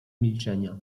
milczenia